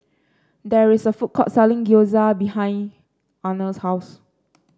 there is a food court selling Gyoza behind Arnold's house